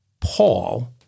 Paul